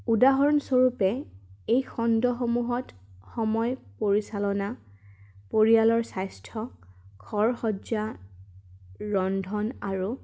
উদাহৰণস্বৰূপে এই খণ্ডসমূহত সময় পৰিচালনা পৰিয়ালৰ স্বাস্থ্য ঘৰসজ্জা ৰন্ধন আৰু